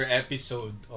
episode